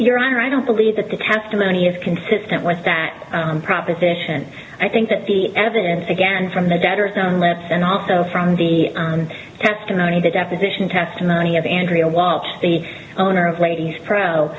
honor i don't believe that the testimony is consistent with that proposition i think that the evidence again from the debtors own lips and also from the testimony the deposition testimony of andrea want the owner of ladies pro